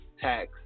tax